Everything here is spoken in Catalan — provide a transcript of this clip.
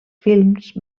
films